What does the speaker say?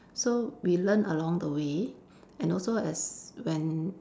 so we learn along the way and also as when